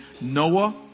Noah